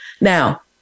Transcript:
Now